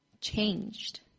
changed